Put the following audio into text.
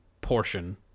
portion